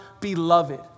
beloved